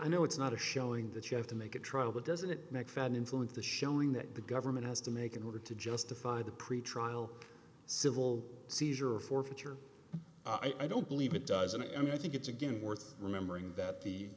i know it's not a showing that you have to make a trial but doesn't next fed influence the showing that the government has to make in order to justify the pretrial civil seizure forfeiture i don't believe it does and i think it's again worth remembering that the